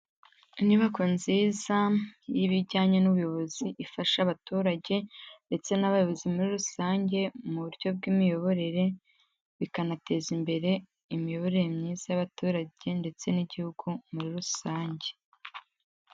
Inyubako nziza y'ibijyanye n'ubuyobozi ifasha abaturage ndetse n'abayobozi muri rusange mu buryo bw'imiyoborere, bikanateza imbere imiyoborere myiza y'abaturage ndetse n'igihugu muri rusange.